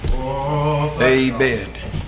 Amen